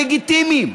לגיטימיים,